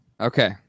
Okay